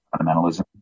Fundamentalism